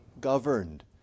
governed